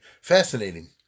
fascinating